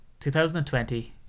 2020